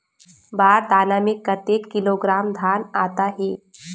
बार दाना में कतेक किलोग्राम धान आता हे?